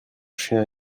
chien